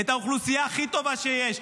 את האוכלוסייה הכי טובה שיש,